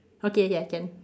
okay ya can